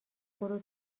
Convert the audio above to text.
برو